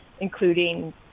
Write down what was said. including